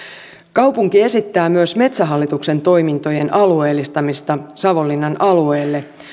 kaupunki esittää myös metsähallituksen toimintojen alueellistamista savonlinnan alueelle